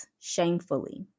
shamefully